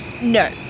No